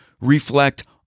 reflect